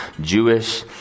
Jewish